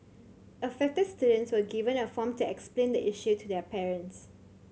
affected students were given a form to explain the issue to their parents